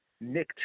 Nick